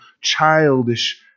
childish